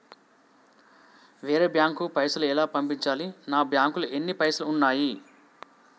వేరే బ్యాంకుకు పైసలు ఎలా పంపించాలి? నా బ్యాంకులో ఎన్ని పైసలు ఉన్నాయి?